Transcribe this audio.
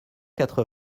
quatre